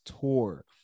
tour